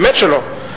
באמת שלא.